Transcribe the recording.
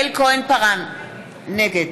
נגד